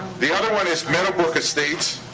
the other one is meadowbrook estates.